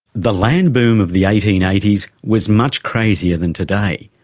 the land boom of the eighteen eighty s was much crazier than today,